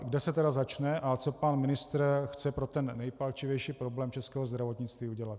Kde se tedy začne a co pan ministr chce pro ten nejpalčivější problém českého zdravotnictví udělat.